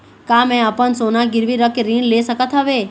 का मैं अपन सोना गिरवी रख के ऋण ले सकत हावे?